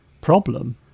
problem